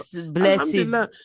blessing